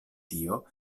tio